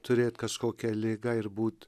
turėt kažkokią ligą ir būt